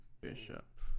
Bishop